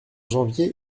janvier